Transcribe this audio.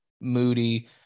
moody